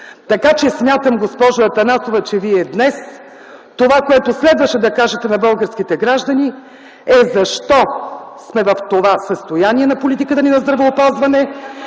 Велчев. Смятам, госпожо Атанасова, че Вие днес това, което следваше да кажете на българските граждани, е – защо сме в това състояние на политиката на здравеопазването